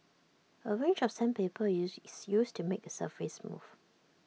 A range of sandpaper use is used to make the surface smooth